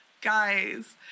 guys